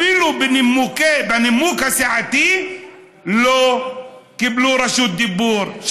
אפילו בנימוק הסיעתי לא קיבלו רשות דיבור.